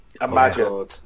imagine